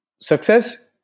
Success